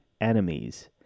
enemies